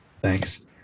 Thanks